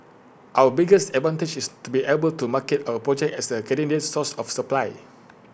our biggest advantage is to be able to market our project as A Canadian source of supply